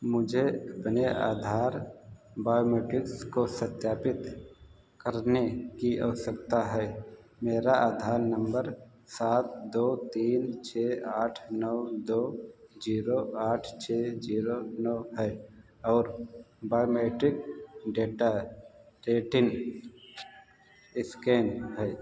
मुझे अपने आधार बायोमेट्रिक्स को सत्यापित करने की आवश्यकता है मेरा आधार नंबर सात दो तीन छः आठ नौ दो जीरो आठ छः जीरो नौ है और बायोमेट्रिक डेटा रेटिन स्कैन है